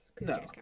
No